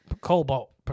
cobalt